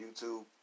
YouTube